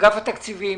אגף התקציבים.